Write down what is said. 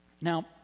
Now